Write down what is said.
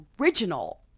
original